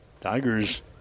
Tigers